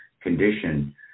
condition